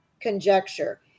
conjecture